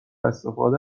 استفاده